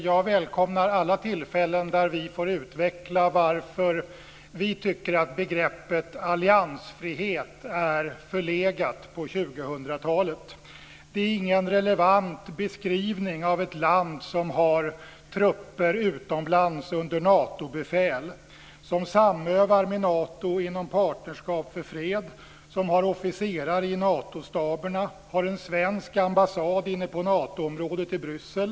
Jag välkomnar alla tillfällen där vi får utveckla varför vi tycker att begreppet alliansfrihet är förlegat på Alliansfritt är ingen relevant beskrivning av ett land som har trupper utomlands under Natobefäl, som samövar med Nato inom Partnerskap för fred, som har officerare i Natostaberna och en svensk ambassad inne på Natoområdet i Bryssel.